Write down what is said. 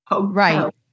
Right